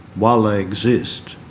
while they exist,